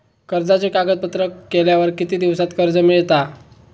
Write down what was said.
कर्जाचे कागदपत्र केल्यावर किती दिवसात कर्ज मिळता?